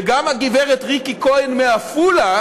וגם הגברת ריקי כהן מעפולה